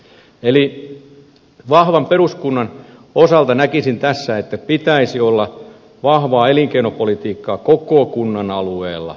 eli vahvan peruskunnan osalta näkisin tässä että pitäisi olla vahvaa elinkeinopolitiikkaa koko kunnan alueella